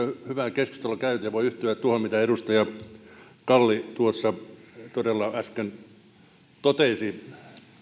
hyvää keskustelua käyty ja voin yhtyä tuohon mitä edustaja kalli tuossa todella äsken totesi